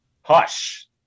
Hush